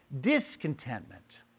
discontentment